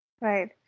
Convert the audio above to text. Right